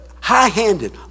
high-handed